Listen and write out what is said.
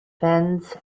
fens